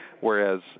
Whereas